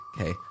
Okay